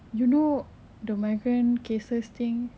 you know the migrant cases thing